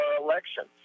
elections